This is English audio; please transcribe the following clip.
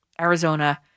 Arizona